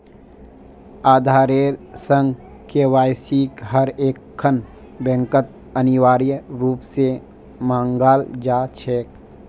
आधारेर संग केवाईसिक हर एकखन बैंकत अनिवार्य रूप स मांगाल जा छेक